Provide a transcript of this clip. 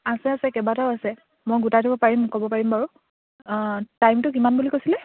আছে আছে কেইবাটাও আছে মই গোটাই দিব পাৰিম ক'ব পাৰিম বাৰু টাইমটো কিমান বুলি কৈছিলে